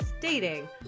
dating